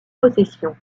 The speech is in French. possession